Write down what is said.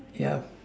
yup